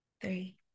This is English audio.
three